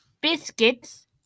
Biscuits